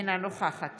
אינה נוכחת